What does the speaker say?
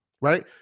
Right